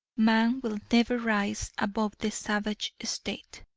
man will never rise above the savage state.